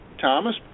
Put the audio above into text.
Thomas